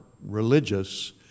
religious